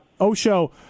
Osho